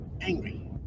angry